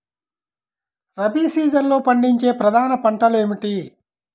రబీ సీజన్లో పండించే ప్రధాన పంటలు ఏమిటీ?